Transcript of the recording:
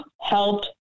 helped